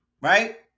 Right